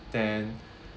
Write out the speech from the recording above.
then